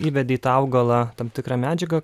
įvedi į tą augalą tam tikrą medžiagą